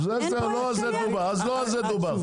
אז לא על זה דובר.